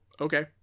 Okay